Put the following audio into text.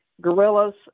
gorillas